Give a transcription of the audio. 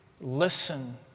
Listen